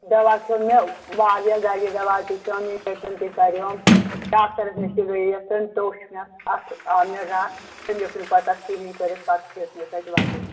دَوا کھیوٚو مےٚ واریاہ دَگہِ دوا تہِ کھیوٚم انجکشن تہِ کَریوٚم ڈاکٹرَس نِش تہِ گٔیَس تٔمۍ توٚچھ مےٚ اَتھ آو مےٚ رَتھ تٔمۍ ہیوٚک نہٕ پَتہٕ اَتھ کِہیٖنٛۍ کٔرِتھ پَتہٕ ہیوٚت مےٚ تَتہِ وَدُن